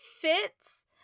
fits